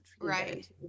Right